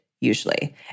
usually